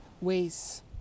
ways